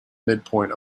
midpoint